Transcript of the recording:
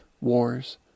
wars